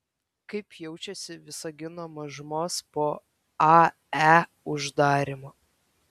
kaip jaučiasi visagino mažumos po ae uždarymo